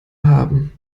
haben